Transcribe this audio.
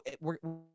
we're-